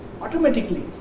automatically